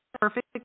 perfect